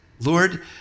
Lord